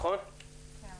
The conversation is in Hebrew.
האם